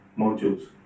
modules